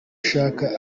ushaka